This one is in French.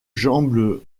jambes